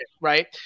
right